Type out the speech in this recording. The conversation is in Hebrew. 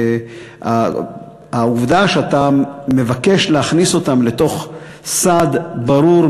העובדה שאתה מבקש להכניס אותם לסד ברור,